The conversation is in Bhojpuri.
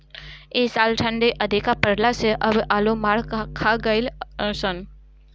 इ साल ठंडी अधिका पड़ला से सब आलू मार खा गइलअ सन